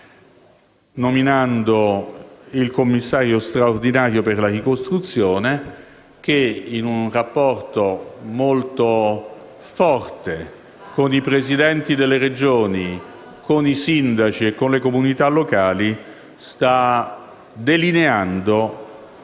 nominando il Commissario straordinario per la ricostruzione che, in un rapporto molto forte con i Presidenti delle Regioni, con i sindaci e con le comunità locali ne sta delineando